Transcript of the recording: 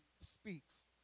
speaks